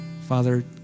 Father